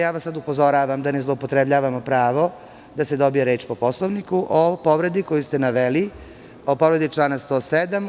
Sada vas upozoravam da ne zloupotrebljavamo pravo da se dobije reč po Poslovniku o povredi koju ste naveli, o povredi člana 107.